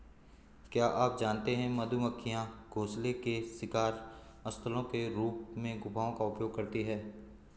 क्या आप जानते है मधुमक्खियां घोंसले के शिकार स्थलों के रूप में गुफाओं का उपयोग करती है?